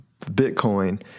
Bitcoin